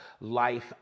life